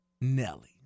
Nelly